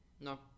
No